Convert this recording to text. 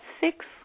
six